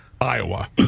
Iowa